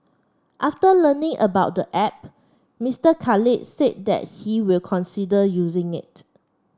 after learning about the app Mister Khalid said that he will consider using it